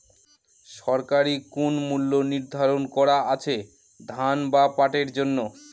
সরকারি কোন মূল্য নিধারন করা আছে ধান বা পাটের জন্য?